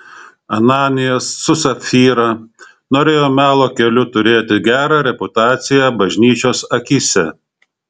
ananijas su sapfyra norėjo melo keliu turėti gerą reputaciją bažnyčios akyse